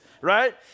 right